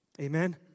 Amen